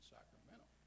Sacramento